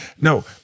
no